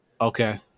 Okay